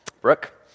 Brooke